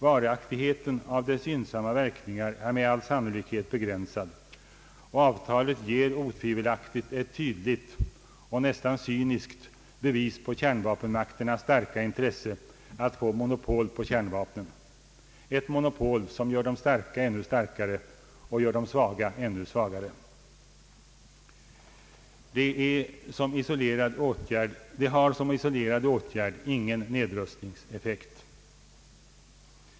Varaktigheten av dess gynnsamma verkningar är med all sannolikhet begränsad, och avtalet ger otvivelaktigt ett tydligt och nästan cyniskt bevis på kärnvapenmakternas starka intresse att få monopol på kärnvapen, ett monopol som gör de starka ännu starkare och de svaga ännu svagare. Det har som isolerad åtgärd ingen nedrustningseffekt.